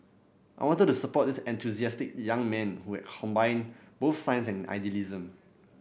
I wanted to support this enthusiastic young man who had combined both science and idealism